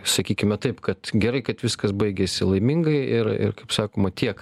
sakykime taip kad gerai kad viskas baigėsi laimingai ir ir kaip sakoma tiek